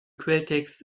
quelltext